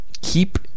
keep